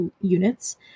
units